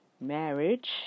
marriage